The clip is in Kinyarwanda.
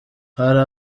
hari